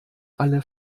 alle